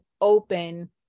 open